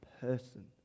person